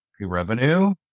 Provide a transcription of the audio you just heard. Revenue